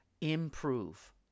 improve